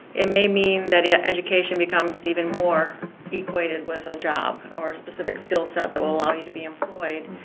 it may mean that yeah education becomes even more equated with a job, or a specific skill set that will allow you to be employed.